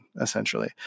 essentially